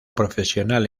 profesional